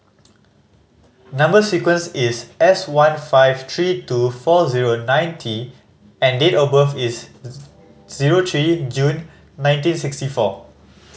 number sequence is S one five three two four zero nine T and date of birth is zero three June nineteen sixty four